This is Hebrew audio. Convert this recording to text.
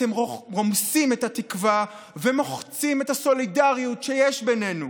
אתם רומסים את התקווה ומוחצים את הסולידריות שיש בינינו.